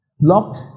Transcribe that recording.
Locked